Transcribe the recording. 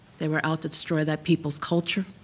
they were out to destroy that people's culture,